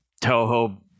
Toho